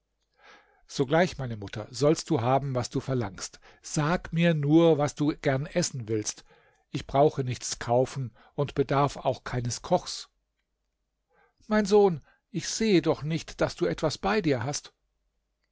sogleich meine mutter sollst du haben was du verlangst sag mir nur was du gern essen willst ich brauche nichts zu kaufen und bedarf auch keines kochs mein sohn ich sehe doch nicht daß du etwas bei dir hast